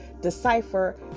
decipher